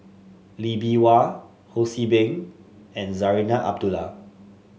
Lee Bee Wah Ho See Beng and Zarinah Abdullah